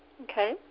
Okay